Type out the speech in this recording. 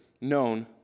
known